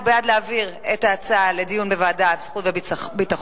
הוא בעד להעביר את ההצעה לדיון בוועדת חוץ וביטחון,